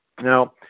Now